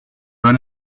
run